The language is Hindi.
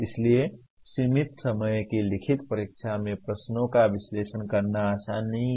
इसलिए सीमित समय की लिखित परीक्षा में प्रश्नों का विश्लेषण करना आसान नहीं है